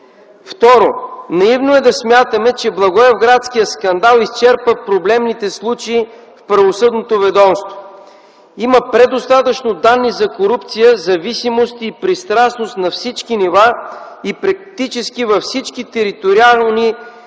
Второ, наивно е да смятаме, че благоевградският скандал изчерпва проблемните случаи в правосъдното ведомство. Има предостатъчно данни за корупция, зависимости и пристрастност на всички нива и практически във всички териториални юрисдикции